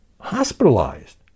hospitalized